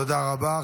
תודה רבה.